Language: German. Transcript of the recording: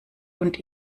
und